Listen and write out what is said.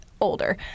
older